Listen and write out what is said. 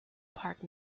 park